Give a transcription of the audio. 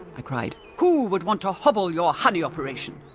i cried, who would want to hobble your honey operation?